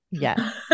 Yes